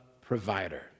provider